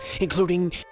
including